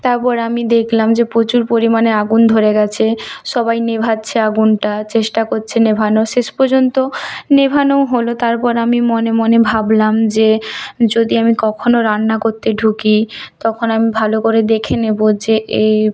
তারপর আমি দেখলাম যে প্রচুর পরিমাণে আগুন ধরে গেছে সবাই নেভাচ্ছে আগুনটা চেষ্টা করছে নেভানোর শেষ পর্যন্ত নেভানোও হলো তারপর আমি মনে মনে ভাবলাম যে যদি আমি কখনও রান্না করতে ঢুকি তখন আমি ভালো করে দেখে নেবো যে এ